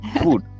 food